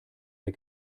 der